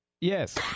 Yes